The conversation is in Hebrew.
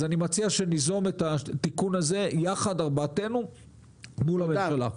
אז אני מציע שניזום את התיקון הזה יחד ארבעתנו מול הממשלה.